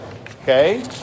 Okay